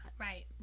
Right